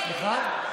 מה חשוב לכם יותר,